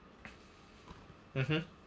mmhmm